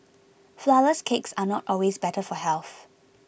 Flourless Cakes are not always better for health